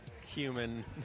human